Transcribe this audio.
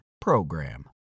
PROGRAM